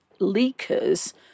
leakers